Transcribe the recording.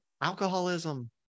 alcoholism